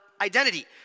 identity